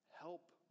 Help